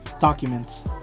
documents